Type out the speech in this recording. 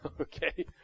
Okay